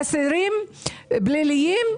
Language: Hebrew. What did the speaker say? אלה כנראה קשישים ללא בית ובמצב כלכלי לא טוב.